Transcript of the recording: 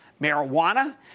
Marijuana